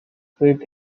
feet